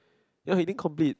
ya he din complete